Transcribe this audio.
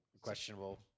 questionable